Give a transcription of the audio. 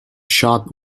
shot